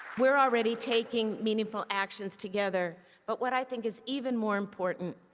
we are already taking meaningful actions together. but what i think is even more important,